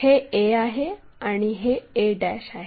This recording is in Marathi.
हे a आहे आणि हे a आहे